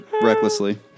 recklessly